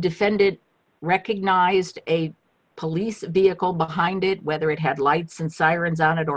defended recognized a police vehicle behind it whether it had lights and sirens on it or